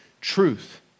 truth